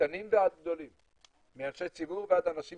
מקטנים ועד גדולים, מאנשי ציבור ועד אנשים